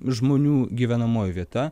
žmonių gyvenamoji vieta